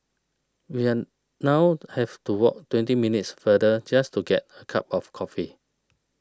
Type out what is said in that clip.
we are now have to walk twenty minutes farther just to get a cup of coffee